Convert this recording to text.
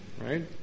right